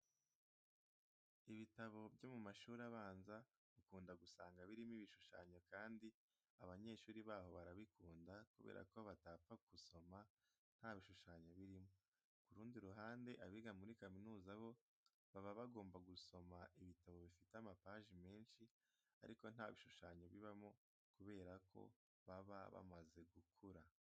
Ibitabo byo mu mashuri abanza ukunda gusanga birimo ibishushanyo kandi abanyeshuri baho barabikunda kubera ko batapfa gusoma nta bishushanyo birimo. Ku rundi ruhande, abiga muri kaminuza bo baba bagomba gusoma ibitabo bifite amapaji menshi ariko nta bishushanyo bibamo kubera ko baba bamaze gukura.